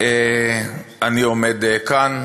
אני עומד כאן,